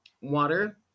Water